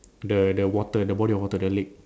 the the water the body of water the lake